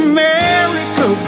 America